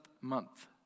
month